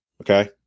Okay